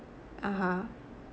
(uh huh)